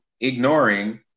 ignoring